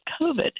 COVID